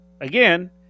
again